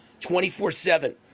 24-7